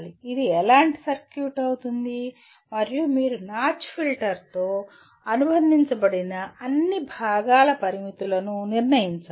ఇది ఎలాంటి సర్క్యూట్ అవుతుంది మరియు మీరు నాచ్ ఫిల్టర్తో అనుబంధించబడిన అన్ని భాగాల పారామితులను నిర్ణయించాలి